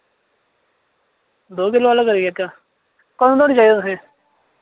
दो किल्लो आह्ला करी देग्गा कदूं धोड़ी चाहिदा तुसें